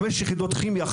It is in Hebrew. חמש יחידות כימיה,